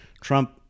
trump